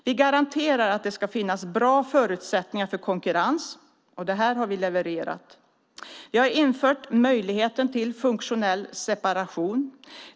Vi garanterar att det ska finnas bra förutsättningar för konkurrens, och här har vi levererat. Vi har infört möjligheten till funktionell separation.